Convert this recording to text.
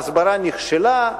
ההסברה נכשלה.